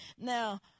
Now